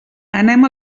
anem